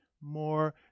more